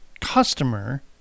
customer